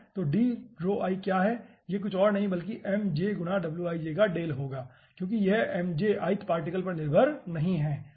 तो क्या हैं यह और कुछ नहीं बल्कि mj गुणा का डेल होगा क्योंकि यह ith पार्टिकल पर निर्भर नहीं है ठीक है